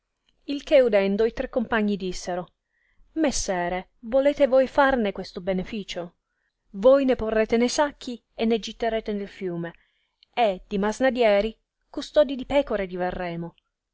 il che udendo i tre compagni dissero messere volete voi farne questo beneficio voi ne porrete ne sacchi e ne gitterete nel fiume e di masnadieri custodi di pecore diverremo